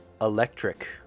Electric